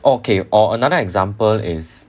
okay or another example is